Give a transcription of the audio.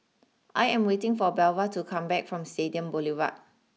I am waiting for Belva to come back from Stadium Boulevard